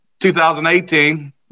2018